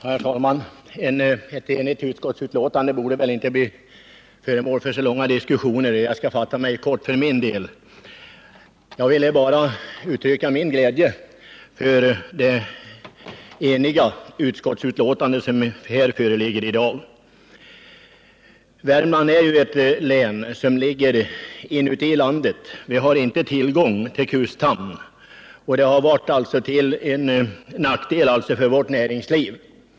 Herr talman! Ett enhälligt utskottsbetänkande borde inte behöva bli föremål för så lång diskussion, och jag skall för min del fatta mig kort. Jag ville bara uttrycka min glädje över det enhälliga utskottsbetänkande som nu föreligger. Värmland är ju ett län som ligger inne i landet, och vi har där inte tillgång till kusthamn. Detta har naturligtvis varit till nackdel för vårt näringsliv.